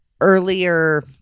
earlier